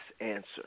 answer